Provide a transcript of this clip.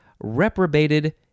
reprobated